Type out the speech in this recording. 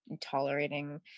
tolerating